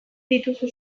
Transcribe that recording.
dituzu